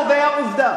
אני רק קובע עובדה: